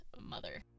mother